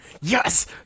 Yes